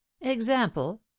example